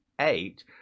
eight